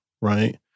right